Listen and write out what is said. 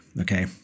Okay